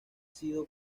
sido